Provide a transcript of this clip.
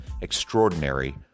Extraordinary